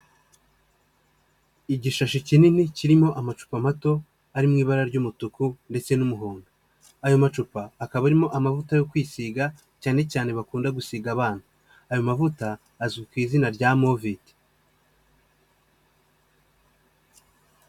Igishashi kinini kirimo amacupa mato, ari mu ibara ry'umutuku ndetse n'umuhondo, ayo macupa akaba arimo amavuta yo kwisiga cyane cyane bakunda gusiga abana, ayo mavuta azwi ku izina rya Moviti.